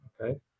okay